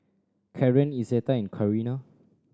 Karren Izetta and Carina